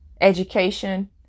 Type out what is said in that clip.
education